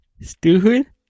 Stupid